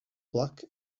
black